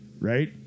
right